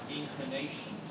inclination